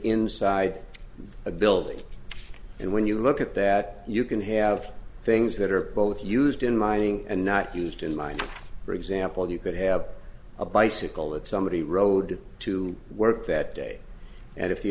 inside a building and when you look at that you can have things that are both used in mining and not used in mining for example you could have a bicycle that somebody rode to work that day and if